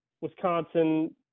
Wisconsin